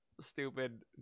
Stupid